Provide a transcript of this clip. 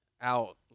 out